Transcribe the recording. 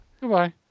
Goodbye